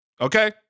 Okay